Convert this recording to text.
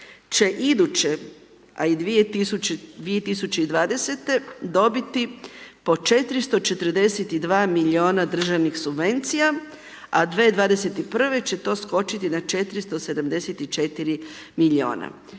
će iduće a i 2020., dobiti po 442 milijuna državnih subvencija a 2021. će to skočiti na 474 milijuna.